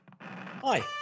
Hi